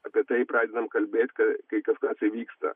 apie tai pradedam kalbėt kai kažkas įvyksta